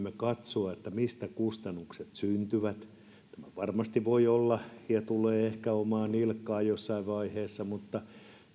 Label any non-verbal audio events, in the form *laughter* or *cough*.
*unintelligible* me voimme katsoa mistä kustannukset syntyvät tämä varmasti voi olla ja tulee ehkä omaan nilkkaan jossain vaiheessa mutta